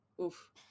Oof